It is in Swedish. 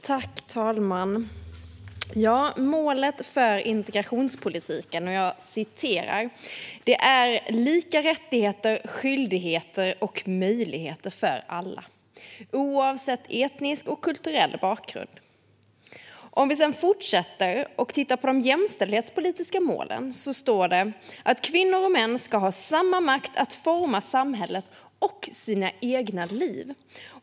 Herr talman! "Målet för integrationspolitiken är lika rättigheter, skyldigheter och möjligheter för alla, oavsett etnisk och kulturell bakgrund", kan vi läsa i Riksrevisionens rapport. Om vi fortsätter och läser om de jämställdhetspolitiska målen står det följande: "Kvinnor och män ska ha samma makt att forma samhället och sina egna liv."